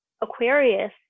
Aquarius